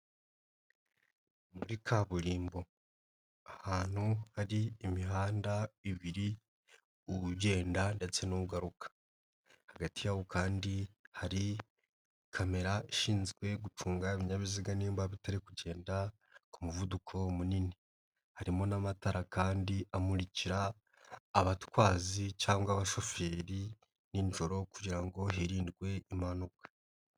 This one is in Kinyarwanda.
Muri kaburimbo ahantu hari imihanda ibiri ugenda ndetse n'ugaruka, hagati y'aho kandi hari kamera ishinzwe gucunga ibinyabiziga n'imba bitari kugenda ku muvuduko munini, harimo n'amatara kandi amurikira abatwazi cyangwa abashoferi nijoro kugira ngo hirindwe impanuka.